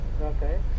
Okay